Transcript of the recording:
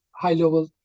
high-level